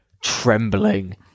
trembling